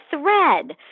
thread